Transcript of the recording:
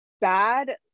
bad